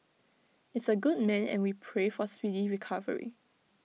is A good man and we pray for speedy recovery